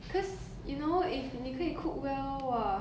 cause you know if 你可以 cook well !wah!